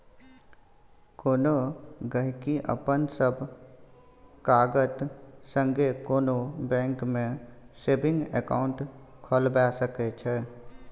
कोनो गहिंकी अपन सब कागत संगे कोनो बैंक मे सेबिंग अकाउंट खोलबा सकै छै